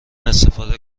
استفاده